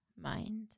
mind